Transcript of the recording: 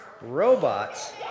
robots